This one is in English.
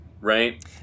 right